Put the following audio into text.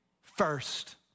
first